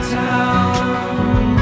town